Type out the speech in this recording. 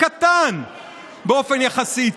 הקטן באופן יחסי,